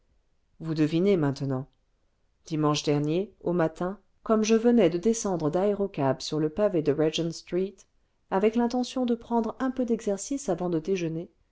vous devinez maintenant dimanche dernier au matin comme je venais de descendre d'aérocab sur le pavé de régent street avec l'intention de prendre un peu d'exercice avant de déjeuner